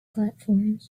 platforms